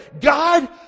God